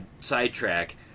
sidetrack